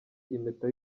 impeta